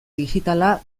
digitala